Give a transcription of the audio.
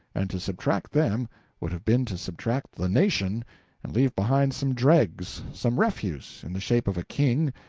and to subtract them would have been to subtract the nation and leave behind some dregs, some refuse, in the shape of a king,